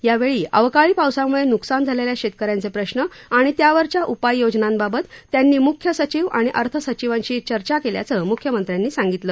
यावेळी अवकाळी पावसामुळे नुकसान झालेल्या शेतकऱ्यांचे प्रश्र आणि त्यावरच्या उपाययोजनांबाबत त्यांनी मुख्य सचिव आणि अर्थ सचिवांशी चर्चा केल्याचं मुख्यमंत्र्यांनी सांगितलं